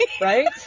Right